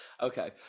Okay